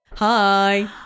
hi